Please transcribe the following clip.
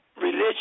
religion